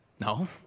No